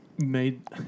Made